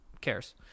cares